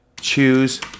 choose